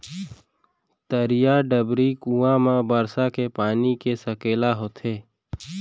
तरिया, डबरी, कुँआ म बरसा के पानी के सकेला होथे